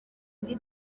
indi